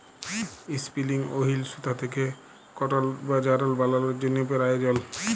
ইসপিলিং wheel সুতা থ্যাকে কটল বা যারল বালালোর জ্যনহে পেরায়জল